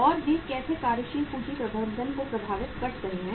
और वे कैसे कार्यशील पूंजी प्रबंधन को प्रभावित कर रहे हैं